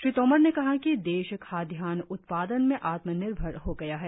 श्री तोमर ने कहा कि देश खाद्यान्न उत्पादन में आत्मनिर्भर हो गया है